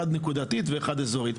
אחד נקודתי ואחד אזורי.